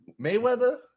Mayweather